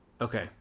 Okay